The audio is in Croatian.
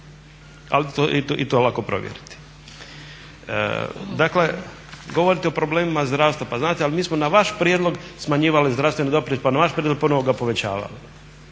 Ali to je i lako provjeriti. Dakle, govorite o problemima zdravstva, pa znate ali mi smo na vaš prijedlog smanjivali zdravstveni doprinos, pa na vaš prijedlog ponovno ga povećavali.